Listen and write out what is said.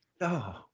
No